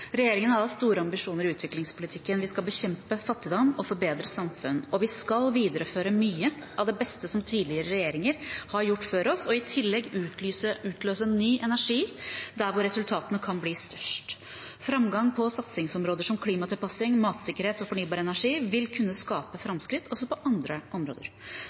Regjeringen har store ambisjoner i utviklingspolitikken. Vi skal bekjempe fattigdom og forbedre samfunn. Vi skal videreføre mye av det beste som tidligere regjeringer har gjort før oss – og i tillegg utløse ny energi der resultatene kan bli størst. Framgang på satsingsområder som klimatilpassing, matsikkerhet og fornybar energi vil kunne skape framskritt også på andre områder.